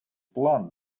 план